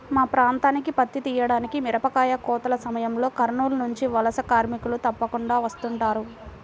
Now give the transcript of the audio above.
మా ప్రాంతానికి పత్తి తీయడానికి, మిరపకాయ కోతల సమయంలో కర్నూలు నుంచి వలస కార్మికులు తప్పకుండా వస్తుంటారు